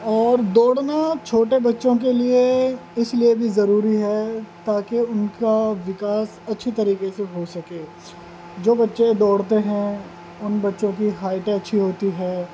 اور دوڑنا چھوٹے بچوں کے لیے اس لیے بھی ضروری ہے تاکہ ان کا وکاس اچھی طریقے سے ہو سکے جو بچے دوڑتے ہیں ان بچوں کی ہائٹ اچھی ہوتی ہے